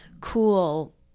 cool